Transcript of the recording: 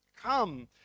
Come